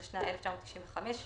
התשנ"ה-1995,